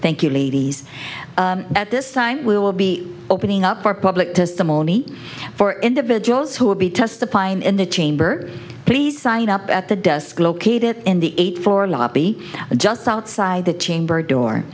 thank you ladies at this time we will be opening up our public testimony for individuals who will be testifying in the chamber please sign up at the desk located in the eight four lobby just outside the chamber door